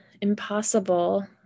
impossible